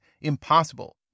impossible